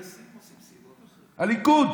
הליכוד.